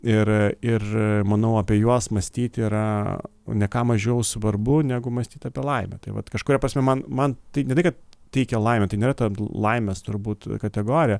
ir ir manau apie juos mąstyti yra ne ką mažiau svarbu negu mąstyt apie laimę tai vat kažkuria prasme man man tai ne tai kad teikia laimę tai nėra ta laimės turbūt kategorija